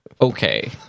okay